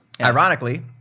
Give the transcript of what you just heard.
ironically